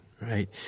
Right